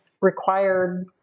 required